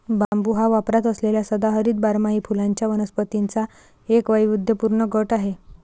बांबू हा वापरात असलेल्या सदाहरित बारमाही फुलांच्या वनस्पतींचा एक वैविध्यपूर्ण गट आहे